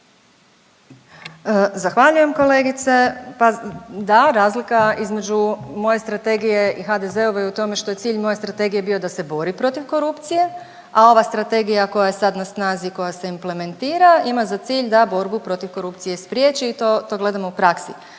Zahvaljujem kolegice. Pa da, razlika između moje strategije i HDZ-ove je u tome što je cilj moje strategije bio da se bori protiv korupcije, a ova strategija koja je sad na snazi koja se implementira ima za cilj da borbu protiv korupcije spriječi. To gledamo u praksi.